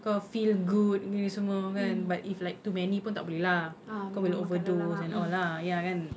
kau feel good ni ni semua kan but if like too many pun tak boleh lah kau boleh overdose and all lah ya kan